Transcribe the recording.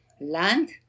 land